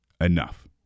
enough